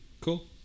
cool